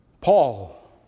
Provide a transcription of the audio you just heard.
Paul